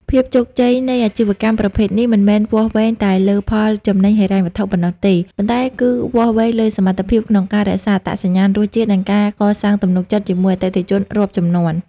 ភាពជោគជ័យនៃអាជីវកម្មប្រភេទនេះមិនមែនវាស់វែងតែលើផលចំណេញហិរញ្ញវត្ថុប៉ុណ្ណោះទេ ប៉ុន្តែគឺវាស់វែងលើសមត្ថភាពក្នុងការរក្សាអត្តសញ្ញាណរសជាតិ និងការកសាងទំនុកចិត្តជាមួយអតិថិជនរាប់ជំនាន់។